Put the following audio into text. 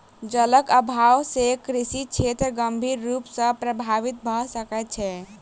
जलक अभाव से कृषि क्षेत्र गंभीर रूप सॅ प्रभावित भ सकै छै